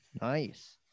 Nice